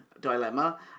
dilemma